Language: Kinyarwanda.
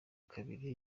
kabiri